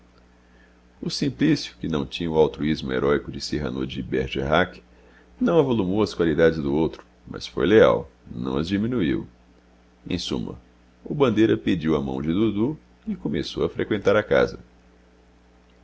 simplício que não tinha o altruísmo heróico de cirano de bergerac não avolumou as qualidades do outro mas foi leal não as diminuiu em suma o bandeira pediu a mão de dudu e começou a freqüentar a casa